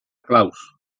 claus